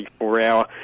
24-hour